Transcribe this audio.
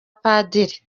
padiri